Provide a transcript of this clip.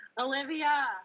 Olivia